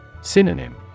Synonym